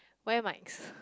wear mics